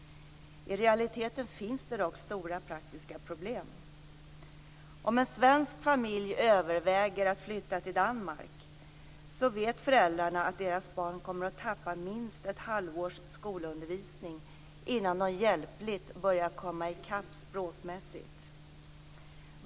I realiteten finns det dock stora praktiska problem. Om en svensk familj överväger att flytta till Danmark vet föräldrarna att deras barn kommer att tappa minst ett halvårs skolundervisning innan de hjälpligt börjar komma i kapp språkmässigt.